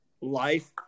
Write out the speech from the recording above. life